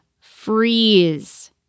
freeze